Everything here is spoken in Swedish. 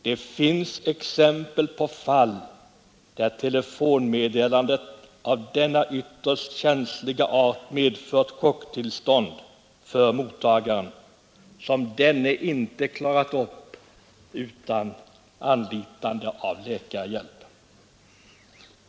Det finns exempel på fall där ett telefonmeddelande av denna ytterst känsliga art har medfört chocktillstånd för mottagaren som denne inte klarat upp utan anlitande av läkarhjälp.